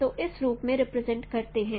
तो इस रूप में रिप्रेजेंट करते हैं